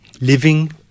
Living